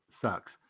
sucks